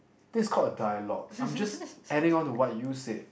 this is called a dialogue I'm just adding on to what you said